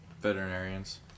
Veterinarians